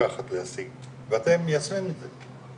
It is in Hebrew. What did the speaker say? לקחת להשיג את זה ואתם מיישמים את זה,